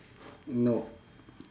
no